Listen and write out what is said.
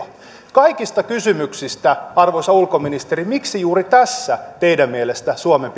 kaikista kysymyksistä arvoisa ulkoministeri miksi juuri tässä teidän mielestänne suomen